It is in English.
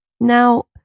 Now